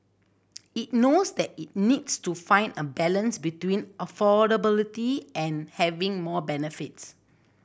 it knows that it needs to find a balance between affordability and having more benefits